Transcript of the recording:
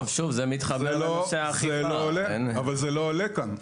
זה לא עולה כאן.